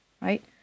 right